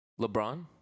LeBron